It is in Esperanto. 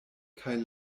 kaj